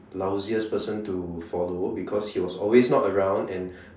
lousiest person to follow because he was always not around and